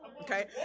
Okay